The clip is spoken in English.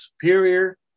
superior